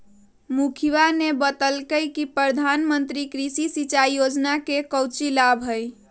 मुखिवा ने बतल कई कि प्रधानमंत्री कृषि सिंचाई योजना के काउची लाभ हई?